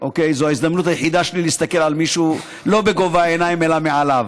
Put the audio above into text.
זו ההזדמנות היחידה שלי להסתכל על מישהו לא בגובה העיניים אלא מעליו,